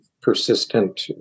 persistent